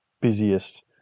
busiest